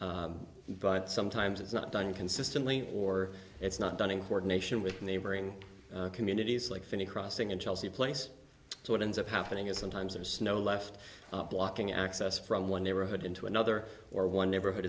but sometimes it's not done consistently or it's not done in ordination with neighboring communities like finney crossing in chelsea place so what ends up happening is sometimes there's snow left blocking access from one neighborhood into another or one neighborhood